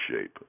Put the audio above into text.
shape